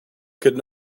could